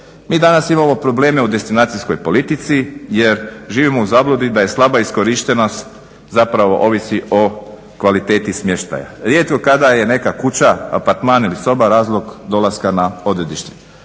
Mi danas imamo probleme u destinacijskoj politici, jer živimo u zabludi da je slaba iskorištenost zapravo ovisi o kvaliteti smještaja. Rijetko kada je neka kuća, apartman ili soba razlog dolaska na odredište.